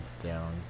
down